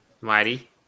mighty